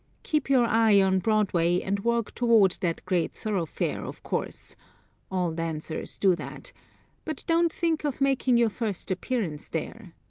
keep your eye on broadway and work toward that great thoroughfare, of course all dancers do that but don't think of making your first appearance there.